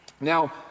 Now